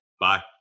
Bye